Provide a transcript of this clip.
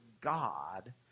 God